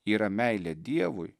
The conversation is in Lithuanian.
yra meilė dievui